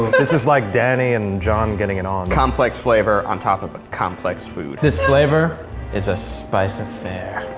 this is like danny and john getting it on. complex flavor on top of a complex food. this flavor is a spice affair.